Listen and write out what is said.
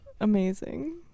Amazing